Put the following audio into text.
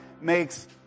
makes